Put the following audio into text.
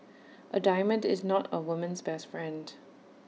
A diamond is not A woman's best friend